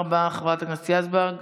תודה רבה, חברת הכנסת יזבק.